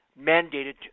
mandated